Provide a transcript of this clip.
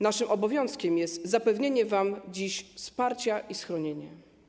Naszym obowiązkiem jest zapewnienie wam dziś wsparcia i schronienia.